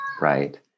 Right